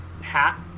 Hat